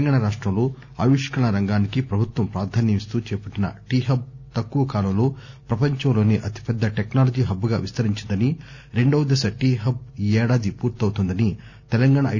తెలంగాణ రాష్టంలో ఆవిష్కరణల రంగానికి ప్రభుత్వం ప్రాధాన్యం ఇస్తూ చేపట్టిన టి హబ్ తక్కువ కాలంలో పపంచంలోనే అతిపెద్ద టెక్నాలజీ హబ్గా విస్తరించిందని రెండోదశ టి హబ్ ఈ ఏడాది పూర్తవుతుందని తెలంగాణ ఐ